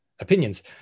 opinions